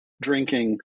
drinking